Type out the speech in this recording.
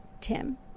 Tim